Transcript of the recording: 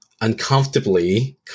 uncomfortably